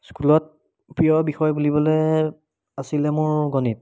স্কুলত প্ৰিয় বিষয় বুলিবলৈ আছিলে মোৰ গণিত